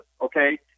okay